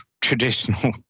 traditional